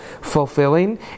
fulfilling